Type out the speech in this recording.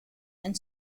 and